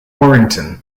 warrington